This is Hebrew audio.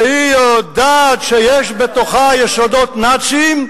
והיא יודעת שיש בתוכה יסודות נאציים,